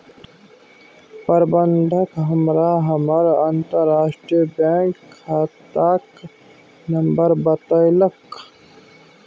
प्रबंधक हमरा हमर अंतरराष्ट्रीय बैंक खाताक नंबर बतेलक